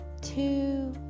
two